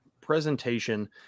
presentation